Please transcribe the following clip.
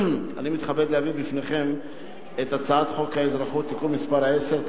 אני מתכבד להביא בפניכם את הצעת חוק האזרחות (תיקון מס' 10),